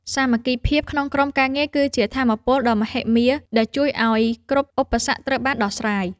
សាមគ្គីភាពក្នុងក្រុមការងារគឺជាថាមពលដ៏មហិមាដែលជួយឱ្យគ្រប់ឧបសគ្គត្រូវបានដោះស្រាយ។